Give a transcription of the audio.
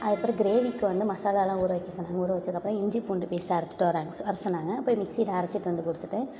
அது அப்புறம் க்ரேவிக்கு வந்து மசாலாலெலாம் ஊற வைக்க சொன்னாங்க ஊற வச்சக்கப்புறம் இஞ்சி பூண்டு பேஸ்ட்டு அரைச்சுட்டு வர்றேன் வரசொன்னாங்க போய் மிக்ஸில் அரைச்சுட்டு வந்து கொடுத்துட்டு